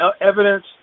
evidence